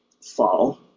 fall